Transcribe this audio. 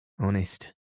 honest